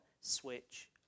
switch